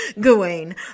Gawain